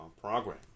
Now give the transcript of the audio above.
program